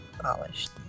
polished